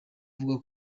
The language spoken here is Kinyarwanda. avuga